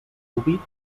decúbit